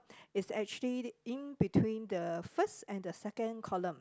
is actually in between the first and the second column